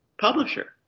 publisher